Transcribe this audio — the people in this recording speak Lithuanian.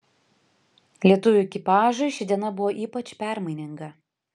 lietuvių ekipažui ši diena buvo ypač permaininga